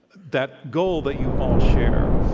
that goal that you all share,